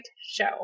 show